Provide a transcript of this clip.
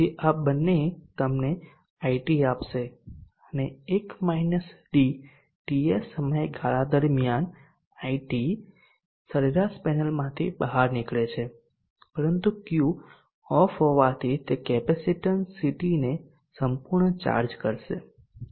તેથી આ બંનેએ તમને IT આપશે અને TS સમયગાળા દરમિયાન IT સરેરાશ પેનલમાંથી બહાર નીકળે છે પરંતુ Q ઓફ હોવાથી તે કેપેસિટીન્સ CT ને સંપૂર્ણ ચાર્જ કરશે